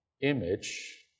image